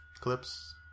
clips